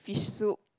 fish soup